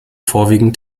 vorwiegend